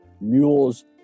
Mules